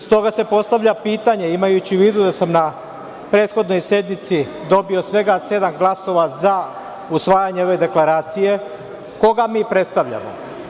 Stoga se postavlja pitanje, imajući u vidu da sam na prethodnoj sednici dobio svega sedam glasova za usvajanje ove deklaracije, koga mi predstavljamo?